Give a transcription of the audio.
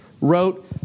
wrote